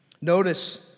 Notice